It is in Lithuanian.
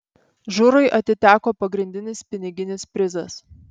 žurui atiteko pagrindinis piniginis prizas